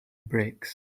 bricks